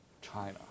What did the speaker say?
China